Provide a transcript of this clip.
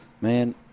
Man